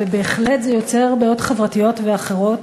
ובהחלט זה יוצר בעיות חברתיות ואחרות,